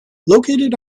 located